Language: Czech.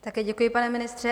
Také děkuji, pane ministře.